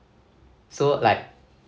so like